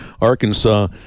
Arkansas